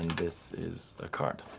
this is a card.